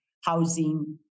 housing